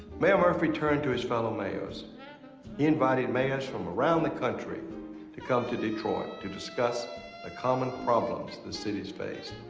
mayor murphy turned to his fellow mayors. he invited mayors from around the country to come to detroit to discuss the common problems the cities faced.